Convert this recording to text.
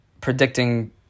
predicting